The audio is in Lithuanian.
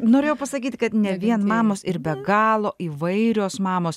norėjau pasakyti kad ne vien mamos ir be galo įvairios mamos